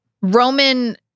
Roman